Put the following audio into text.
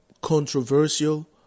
controversial